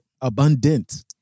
abundant